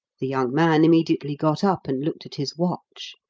the young man immediately got up and looked at his watch.